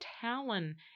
Talon